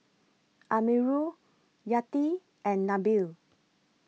Amirul Yati and Nabil